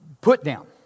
put-down